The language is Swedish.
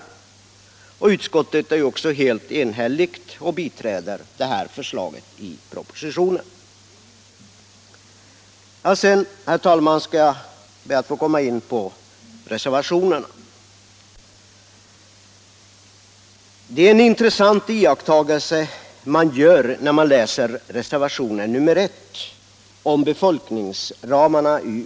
Utskottet är också helt enhälligt och biträder detta förslag i propositionen. Sedan, herr talman, skall jag be att få komma in på reservationerna. Det är en intressant iakttagelse man gör när man läser reservationen 1 om befolkningsramarna.